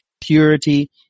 Purity